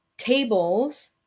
tables